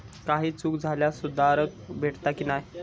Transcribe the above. काही चूक झाल्यास सुधारक भेटता की नाय?